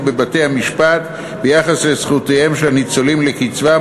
בבתי-המשפט ביחס לזכויותיהם של הניצולים לקצבה,